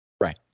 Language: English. Right